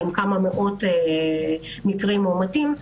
עם כמה מאות מקרים מאומתים.